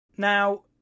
Now